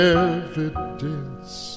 evidence